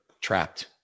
trapped